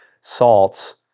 salts